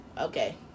okay